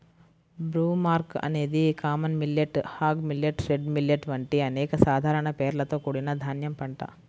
broomcorn అనేది common millet, hog millet, red millet వంటి అనేక సాధారణ పేర్లతో కూడిన ధాన్యం పంట